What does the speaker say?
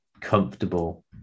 comfortable